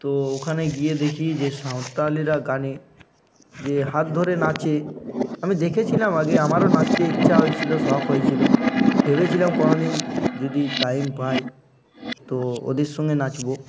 তো ওখানে গিয়ে দেখি যে সাঁওতালিরা গানে যে হাত ধরে নাচে আমি দেখেছিলাম আগে আমারও নাচতে ইচ্ছা হয়েছিলো শখ হয়েছিলো ভেবেছিলাম কোনো দিন যদি টাইম পাই তো ওদের সঙ্গে নাচবো